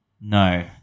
No